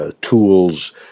tools